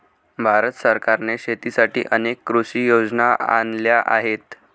भारत सरकारने शेतीसाठी अनेक कृषी योजना आणल्या आहेत